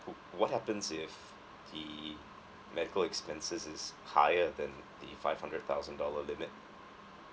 what happens if the medical expenses is higher than the five hundred thousand dollar limit